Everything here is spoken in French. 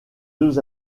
deux